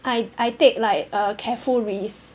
I I take like a careful risk